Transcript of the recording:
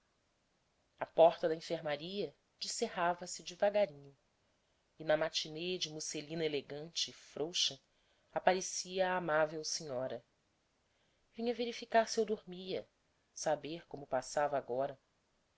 a porta da enfermaria descerrava se devagarinho e na matinée de musselina elegante e frouxa aparecia a amável senhora vinha verificar se eu dormia saber como passava agora